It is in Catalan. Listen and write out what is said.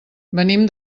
venim